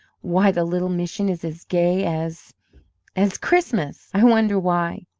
why, the little mission is as gay as as christmas! i wonder why?